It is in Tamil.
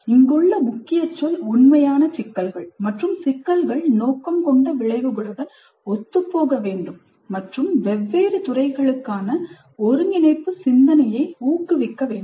இங்குள்ள முக்கிய சொல் 'உண்மையான சிக்கல்கள்' மற்றும் சிக்கல்கள் நோக்கம் கொண்ட விளைவுகளுடன் ஒத்துப்போக வேண்டும் மற்றும் வெவ்வேறு துறைகளுக்கான ஒருங்கிணைப்பு சிந்தனையை ஊக்குவிக்க வேண்டும்